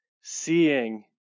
seeing